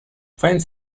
faint